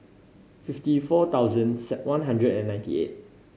fifty four thousand one hundred and ninety eight